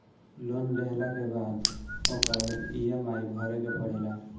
loan लेहला के बाद ओकर इ.एम.आई भरे के पड़ेला